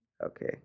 Okay